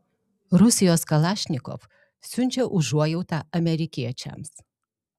rusijos kalašnikov siunčia užuojautą amerikiečiams